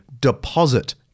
deposit